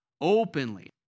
openly